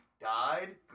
died